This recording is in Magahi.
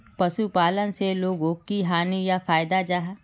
पशुपालन से लोगोक की हानि या फायदा जाहा?